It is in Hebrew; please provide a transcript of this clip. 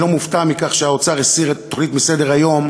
אני לא מופתע מכך שהאוצר הסיר את התוכנית מסדר-היום,